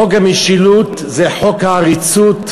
חוק המשילות זה חוק העריצות.